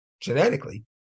genetically